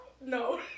No